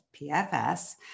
PFS